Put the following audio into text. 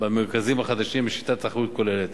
במרכזים החדשים בשיטת האחריות הכוללת.